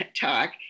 talk